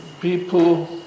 people